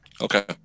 Okay